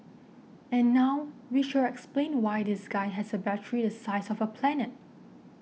and now we shall explain why this guy has a battery the size of a planet